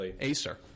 Acer